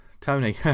Tony